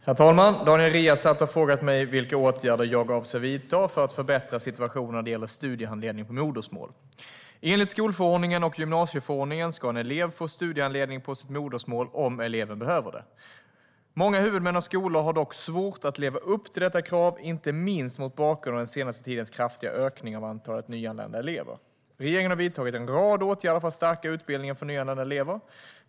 Herr talman! Daniel Riazat har frågat mig vilka åtgärder jag avser att vidta för att förbättra situationen när det gäller studiehandledning på modersmål. Enligt skolförordningen och gymnasieförordningen ska en elev få studiehandledning på sitt modersmål om eleven behöver det. Många huvudmän och skolor har dock svårt att leva upp till detta krav, inte minst mot bakgrund av den senaste tidens kraftiga ökning av antalet nyanlända elever. Regeringen har vidtagit en rad åtgärder för att stärka utbildningen för nyanlända elever.